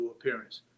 appearance